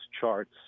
charts